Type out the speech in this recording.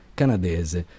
canadese